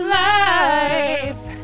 life